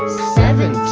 seven